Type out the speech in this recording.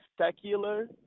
secular